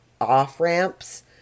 off-ramps